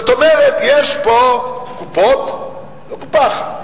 זאת אומרת, יש פה קופות, לא קופה אחת,